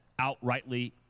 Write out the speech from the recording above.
outrightly